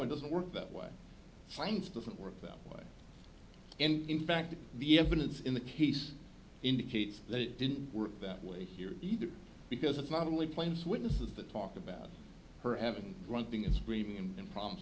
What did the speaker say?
it doesn't work that way finds doesn't work that way and in fact the evidence in the case indicates that it didn't work that way here either because it's not only planes witnesses that talk about her having run thing in screaming and pro